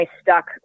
stuck